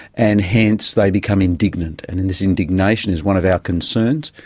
and hence they become indignant, and and this indignation is one of our concerns.